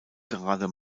gerade